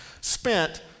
spent